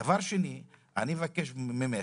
דבר שני, אני מבקש ממך,